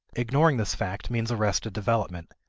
ignoring this fact means arrested development,